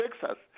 Texas